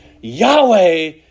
Yahweh